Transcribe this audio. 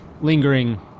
lingering